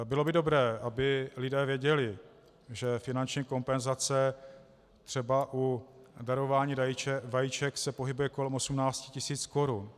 Bylo by dobré, aby lidé věděli, že finanční kompenzace třeba u darování vajíček se pohybuje kolem 18 000 korun.